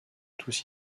tous